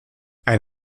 ein